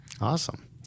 Awesome